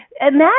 Imagine